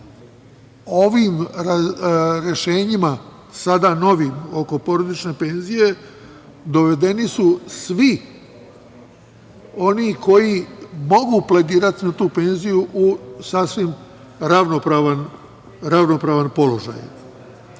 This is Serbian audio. ovim rešenjima, sada novim, oko porodične penzije, dovedeni su svi oni koji mogu pledirati na tu penziju u sasvim ravnopravan položaj. Ovim